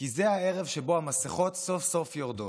כי זה הערב שבו המסכות סוף-סוף יורדות.